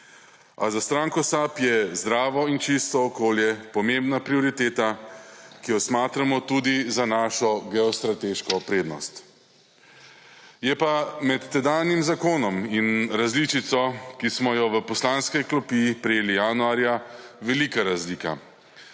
a za stranko SAB je zdravo in čisto okolje pomembna prioriteta, ki jo smatramo tudi za našo geostrateško prednost. Je pa med tedanjim zakonom in različico, ki smo jo v poslanske klopi prejeli januarja, velika razlika.